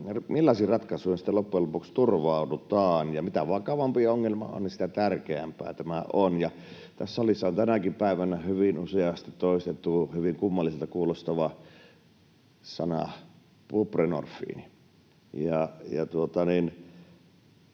millaisiin ratkaisuihin sitten loppujen lopuksi turvaudutaan, ja mitä vakavampi ongelma on, sitä tärkeämpää tämä on. Tässä salissa on tänäkin päivänä hyvin useasti toistettu hyvin kummalliselta kuulostava sana: buprenorfiini.